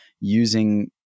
using